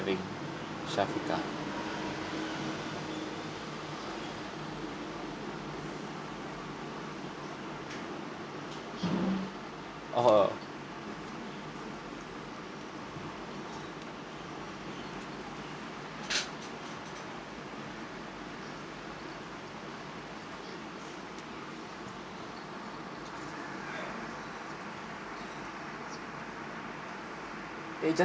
shafiqah oh eh just